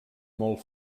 molt